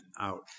out